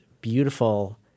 beautiful